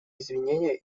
извинения